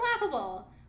laughable